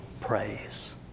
Praise